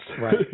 Right